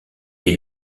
est